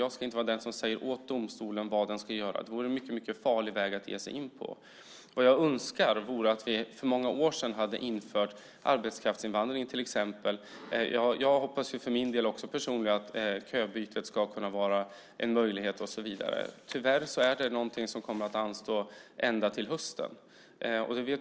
Jag ska inte vara den som säger åt domstolen vad den ska göra. Det vore en mycket, mycket farlig väg att ge sig in på. Vad jag önskar är att vi för många år sedan hade infört arbetskraftsinvandring till exempel. Jag hoppas för min del också att köbytet ska kunna vara en möjlighet. Tyvärr är det något som kommer att anstå ända till hösten.